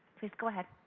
please go ahead.